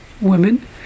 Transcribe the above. women